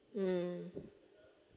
mm